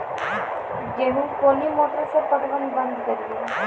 गेहूँ कोनी मोटर से पटवन बंद करिए?